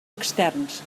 externs